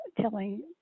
telling